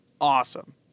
awesome